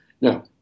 Now